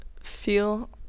feel